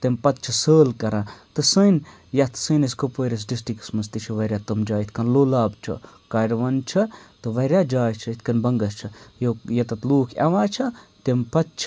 تمہِ پَتہٕ چھِ سٲل کَران تہٕ سٲنۍ یَتھ سٲنِس کُپوٲرِس ڈِسٹرکَس مَنٛز تہِ چھِ واریاہ تٕم جاے یِتھ کٔنۍ لولاب چھُ کاروَن چھِ تہٕ واریاہ جاے چھِ یِتھ کٔنۍ بَنگَس چھِ ییٚتَتھ لوٗکھ یِوان چھِ تمہِ پَتہٕ چھِ